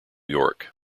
york